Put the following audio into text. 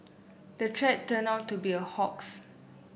the threat turned out to be a hoax